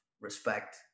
respect